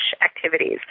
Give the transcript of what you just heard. activities